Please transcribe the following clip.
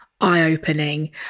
eye-opening